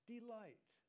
Delight